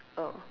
oh